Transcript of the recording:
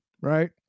right